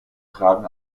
tragen